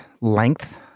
length